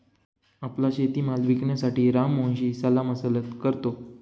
आपला शेतीमाल विकण्यासाठी राम मोहनशी सल्लामसलत करतो